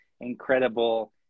incredible